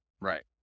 Right